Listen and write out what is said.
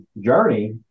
journey